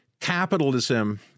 capitalism